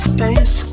face